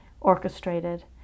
orchestrated